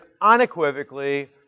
unequivocally